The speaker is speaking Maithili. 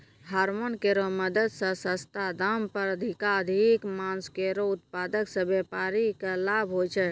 हारमोन केरो मदद सें सस्ता दाम पर अधिकाधिक मांस केरो उत्पादन सें व्यापारिक लाभ होय छै